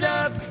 up